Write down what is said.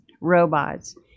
robots